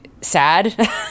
sad